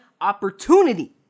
opportunity